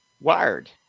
wired